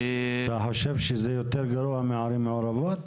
אתה חושב שזה יותר גרוע מערים מעורבות?